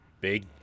big